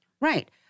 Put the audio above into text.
Right